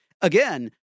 Again